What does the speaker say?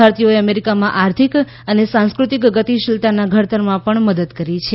ભારતીયોએ અમેરિકામાં આર્થિક અને સાંસ્ક્રૃતિક ગતિશીલતાના ઘડતરમાં પણ મદદ કરી છે